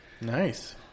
Nice